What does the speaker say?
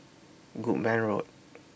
Goodman Road